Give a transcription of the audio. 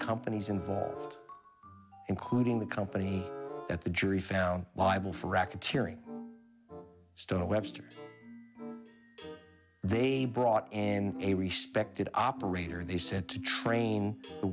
companies involved including the company that the jury found liable for racketeering stone webster they brought in a respected operator they sent to train the